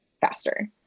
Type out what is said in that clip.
faster